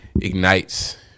Ignites